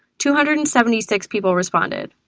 two hundred and seventy six people responded.